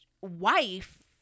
wife